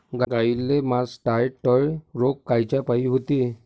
गाईले मासटायटय रोग कायच्यापाई होते?